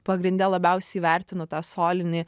pagrinde labiausiai vertinu tą solinį